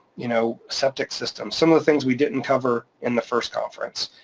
you know, septic system. some of the things we didn't cover in the first conference.